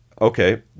okay